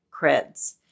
creds